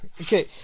Okay